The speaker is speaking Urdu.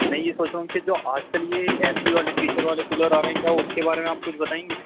میں یہ سوچ رہا ہوں کہ جو آج کل یہ اے سی والے فیچر والے کولر آ رہے ہیں کیا اس کے بارے میں آپ کچھ بتائیں گے